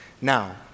Now